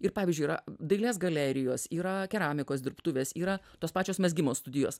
ir pavyzdžiui yra dailės galerijos yra keramikos dirbtuvės yra tos pačios mezgimo studijos